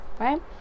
right